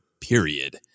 period